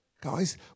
guys